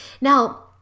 now